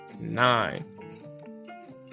nine